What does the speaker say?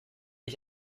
ich